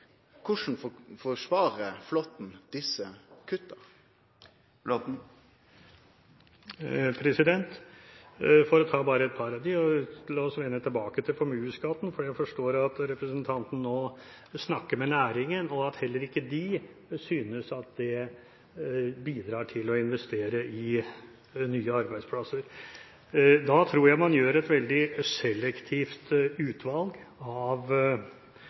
Korleis forsvarar Flåtten desse kutta? For å ta bare et par av dem: Jeg har lyst til å vende tilbake til formuesskatten, for jeg forstår det slik at representanten nå snakker med næringen, og at heller ikke den synes at det bidrar til å investere i nye arbeidsplasser. Jeg tror man foretar et veldig selektivt utvalg av